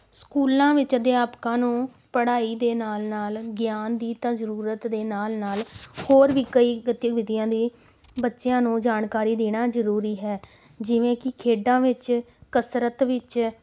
ਸਕੂਲਾਂ ਵਿੱਚ ਅਧਿਆਪਕਾਂ ਨੂੰ ਪੜ੍ਹਾਈ ਦੇ ਨਾਲ ਨਾਲ ਗਿਆਨ ਦੀ ਤਾਂ ਜ਼ਰੂਰਤ ਦੇ ਨਾਲ ਨਾਲ ਹੋਰ ਵੀ ਕਈ ਗਤੀਵਿਧੀਆਂ ਦੀ ਬੱਚਿਆਂ ਨੂੰ ਜਾਣਕਾਰੀ ਦੇਣਾ ਜ਼ਰੂਰੀ ਹੈ ਜਿਵੇਂ ਕਿ ਖੇਡਾਂ ਵਿੱਚ ਕਸਰਤ ਵਿੱਚ